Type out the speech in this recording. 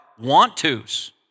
want-to's